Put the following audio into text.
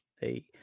Hey